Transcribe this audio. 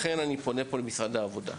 לכן אני פונה למשרד העבודה.